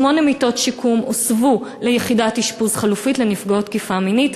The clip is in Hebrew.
שמונה מיטות שיקום הוסבו ליחידת אשפוז חלופית לנפגעות תקיפה מינית.